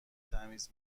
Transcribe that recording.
تمیز